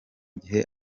gihe